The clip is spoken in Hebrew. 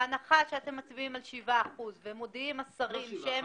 בהנחה שאתם מצביעים על 7% ומודיעים השרים -- 5%,